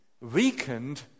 weakened